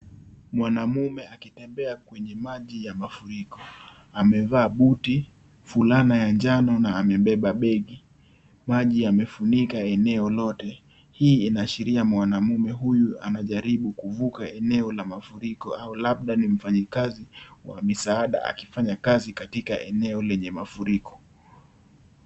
Mwanamume akitembea kwenye maji ya mafuriko amevaa buti fulana ya manjano na amebeba begi maji yamefunika eneo lote, hii inaashiria mwanamume huyu anajaribu kuvuka eneo la mafuriko au labda ni mfanyi kazi wa misaada akifanya kazi katika eneo lenye mafuriko.